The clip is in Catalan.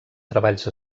treballs